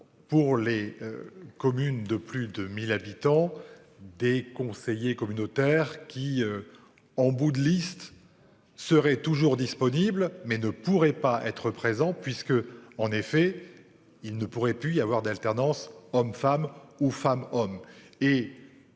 Pour les communes de plus de 1000 habitants. Des conseillers communautaires qui. En bout de liste. Serait toujours disponible mais ne pourrait pas être présent puisque, en effet, il ne pourrait plus y avoir d'alternance homme femme ou femme homme